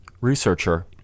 researcher